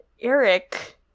Eric